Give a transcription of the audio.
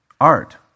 art